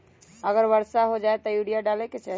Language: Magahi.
अगर वर्षा हो जाए तब यूरिया डाले के चाहि?